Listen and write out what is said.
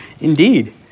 Indeed